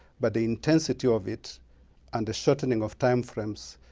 but the intensity of it and the shortening of time frames,